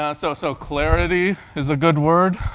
ah so so clarity is a good word.